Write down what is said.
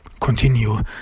continue